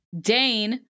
Dane